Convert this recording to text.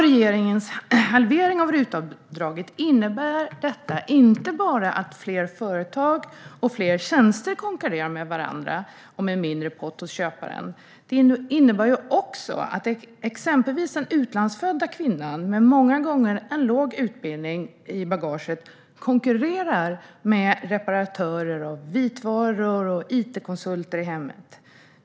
Regeringens halvering av RUT-avdraget innebär inte bara att fler företag och fler tjänster konkurrerar med varandra om en mindre pott hos köparen utan också att exempelvis den utlandsfödda kvinnan, många gånger med en låg utbildning i bagaget, konkurrerar med reparatörer av vitvaror och it-konsulter i hemmet.